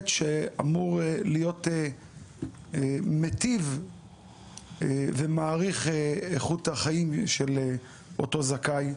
שאמור להיות מיטיב ומאריך איכות החיים של אותו זכאי.